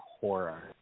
horror